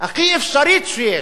הכי אפשרית שיש,